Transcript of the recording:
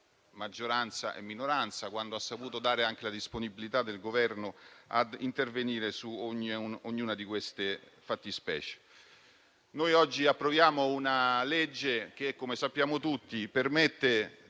maggioranza e minoranza e per aver saputo offrire la disponibilità del Governo ad intervenire su ognuna di queste fattispecie. Noi oggi approviamo una legge che, come sappiamo tutti, permette il